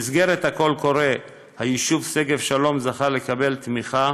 במסגרת הקול קורא זכה היישוב שגב שלום לקבל תמיכה